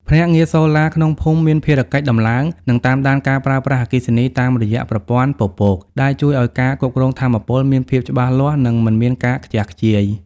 ភ្នាក់ងារសូឡាក្នុងភូមិមានភារកិច្ចដំឡើង និងតាមដានការប្រើប្រាស់អគ្គិសនីតាមរយៈប្រព័ន្ធពពក ដែលជួយឱ្យការគ្រប់គ្រងថាមពលមានភាពច្បាស់លាស់ និងមិនមានការខ្ជះខ្ជាយ។